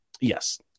Yes